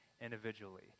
individually